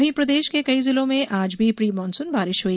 वहीं प्रदेश के कई जिलों में आज भी प्री मानसून बारिश हुई